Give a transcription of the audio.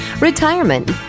retirement